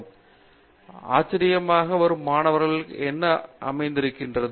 பேராசிரியர் பிரதாப் ஹரிதாஸ் ஆராய்ச்சிக்காக வரும் மாணவர்கள் என்ன அறிந்திருக்க வேண்டும்